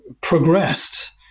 progressed